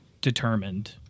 determined